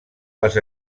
les